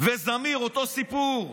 וזמיר, אותו סיפור: